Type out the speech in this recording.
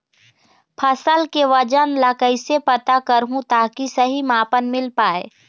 फसल के वजन ला कैसे पता करहूं ताकि सही मापन मील पाए?